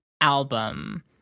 album